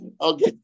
Okay